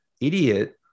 idiot